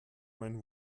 mein